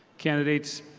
candidates,